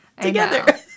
together